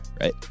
right